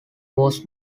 was